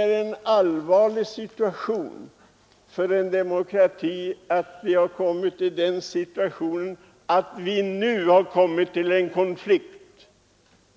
Vi har kommit i en för en demokrati allvarlig situation i och med att det uppstått en konflikt